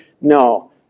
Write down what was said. No